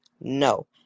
no